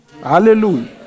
Hallelujah